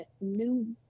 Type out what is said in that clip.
new